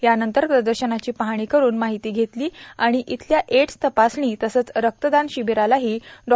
यानंतर प्रदर्शनाची पाहणी करुन माहिती घेतली आणि इथल्या एड्स तपासणी तसंच रक्तदान शिबिरालाही डॉ